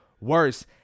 worse